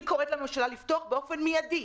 אני קוראת לממשלה לפתוח באופן מיידי,